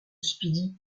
speedy